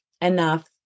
enough